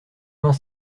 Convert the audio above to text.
vingt